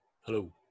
Hello